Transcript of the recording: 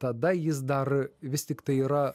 tada jis dar vis tiktai yra